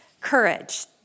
courage